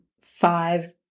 five